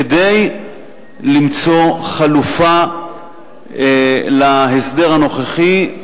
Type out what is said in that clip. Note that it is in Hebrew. כדי למצוא חלופה להסדר הנוכחי,